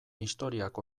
historiak